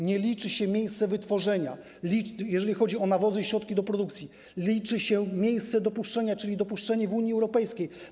Nie liczy się miejsce wytworzenia, jeżeli chodzi o nawozy i środki do produkcji, liczy się miejsce dopuszczenia, czyli dopuszczenie w Unii Europejskiej.